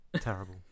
Terrible